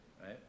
Right